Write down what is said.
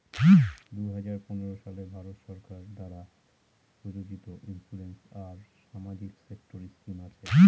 দুই হাজার পনেরো সালে ভারত সরকার দ্বারা প্রযোজিত ইন্সুরেন্স আর সামাজিক সেক্টর স্কিম আছে